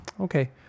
okay